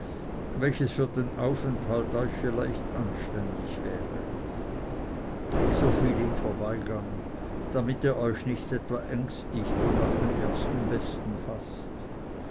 welches für den aufenthalt euch vielleicht anständig wäre so viel im vorbeigang damit ihr euch nicht etwa ängstigt und nach dem ersten besten faßt